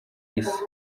isi